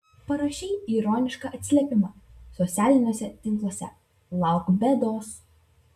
parašei ironišką atsiliepimą socialiniuose tinkluose lauk bėdos